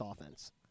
offense